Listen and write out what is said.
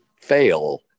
fail